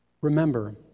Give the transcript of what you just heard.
Remember